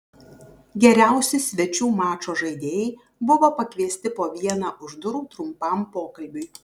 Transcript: geriausi svečių mačo žaidėjai buvo pakviesti po vieną už durų trumpam pokalbiui